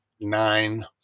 nine